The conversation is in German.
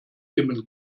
dimmen